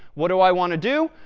what do i want to do?